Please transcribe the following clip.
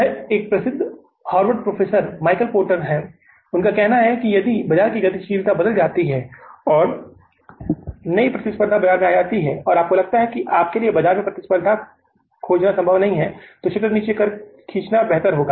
यह एक प्रसिद्ध हॉवर्ड प्रोफेसर माइकल पोर्टर है उनका कहना है कि यदि बाजार की गतिशीलता बदल जाती है और नई प्रतिस्पर्धा बाजार में आती है और आपको लगता है कि आपके लिए बाजार में प्रतिस्पर्धा खोजना संभव नहीं है तो शटर को नीचे खींचना बेहतर होगा